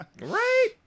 right